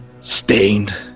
stained